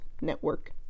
Network